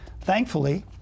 Thankfully